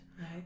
right